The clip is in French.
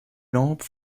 lampes